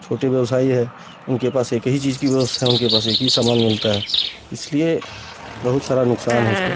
छोटे व्यवसायी हैं उनके पास एक ही चीज़ की व्यवस्था उनके पास एक ही सामान मिलता है इसलिए बहुत सारा नुकसान है उसपे